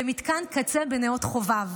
למתקן קצה בנאות חובב,